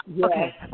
Okay